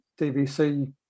DVC